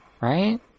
Right